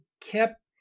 kept